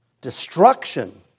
destruction